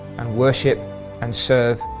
and worship and serve,